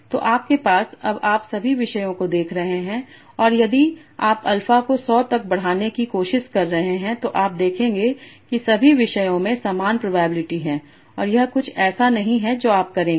तो आपके पास अब आप सभी विषयों को देख रहे हैं और यदि आप अल्फा को 100 तक बढ़ाने की कोशिश करते हैं तो आप देखेंगे कि सभी विषयों में समान प्रोबेबिलिटी है और यह कुछ ऐसा नहीं है जो आप करेंगे